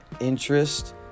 interest